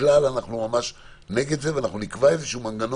ככלל אנחנו נגד זה ואנחנו נקבע מנגנון